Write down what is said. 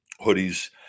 hoodies